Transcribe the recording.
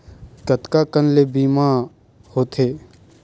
कतका कन ले बीमा होथे?